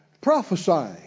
prophesying